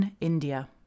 India